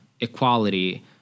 equality